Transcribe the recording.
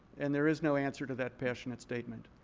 and there is no answer to that passionate statement.